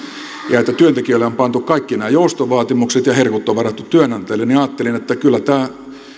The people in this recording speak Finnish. ja että työntekijöille on pantu kaikki nämä joustovaatimukset ja herkut on varattu työnantajille niin ajattelin että kyllä tämä